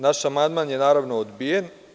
Naš amandman je, naravno, odbijen.